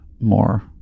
more